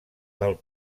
pel